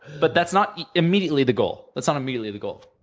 but that's not immediately the goal. that's not immediately the goal,